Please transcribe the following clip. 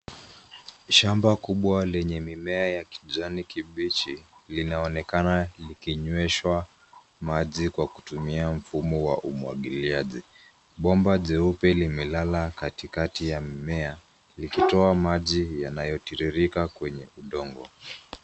Shamba kubwa lenye mimea ya kijani kibichi linaonekana likinyweshwa maji kwa kutumia mfumo wa umwagiliaji. Bomba jeupe limelala katikati ya mimea likitoa maji yanayotiririka kwenye udongo.